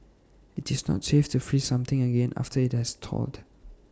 IT is not safe to freeze something again after IT has thawed